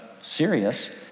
serious